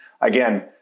again